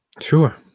Sure